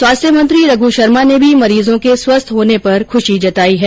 स्वास्थ्य मंत्री रघु शर्मा ने भी मरीजों के स्वस्थ होने पर खुशी जताई है